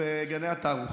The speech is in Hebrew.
בגני התערוכה.